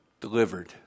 delivered